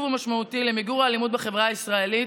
ומשמעותי למיגור האלימות בחברה הישראלית,